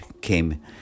came